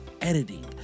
editing